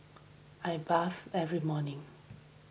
I bath every morning